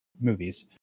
movies